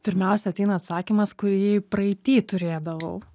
pirmiausia ateina atsakymas kurį praeity turėdavau